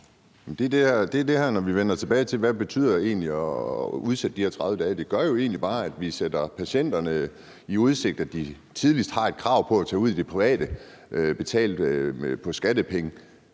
til det her med, hvad det egentlig betyder at udsætte med 30 dage. Det gør jo egentlig bare, at vi stiller patienterne i udsigt, at de tidligst dér har et krav på at kunne tage ud i det private betalt for skattepenge